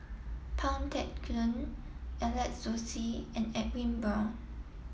Pang Teck Joon Alex Josey and Edwin Brown